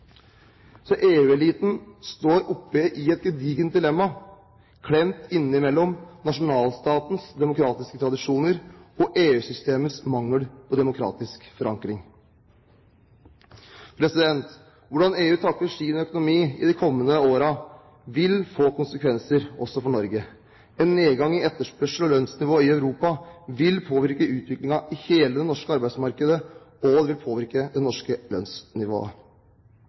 står oppe i et gedigent dilemma, klemt inne mellom nasjonalstatenes demokratiske tradisjoner og EU-systemets mangel på demokratisk forankring. Hvordan EU takler sin økonomi i de kommende årene, vil få konsekvenser også for Norge. En nedgang i etterspørsel og lønnsnivå i Europa vil påvirke utviklingen i hele det norske arbeidsmarkedet, og det vil påvirke det norske lønnsnivået.